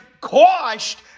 quashed